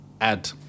add